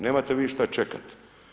Nemate vi šta čekati.